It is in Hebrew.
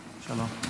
שלום.